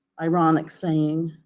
ironic saying,